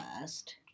first